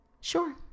Sure